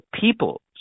people